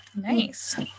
Nice